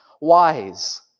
wise